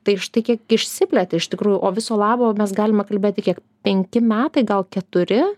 tai štai kiek išsiplėtė iš tikrųjų o viso labo mes galime kalbėti kiek penki metai gal keturi